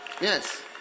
Yes